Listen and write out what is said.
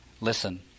Listen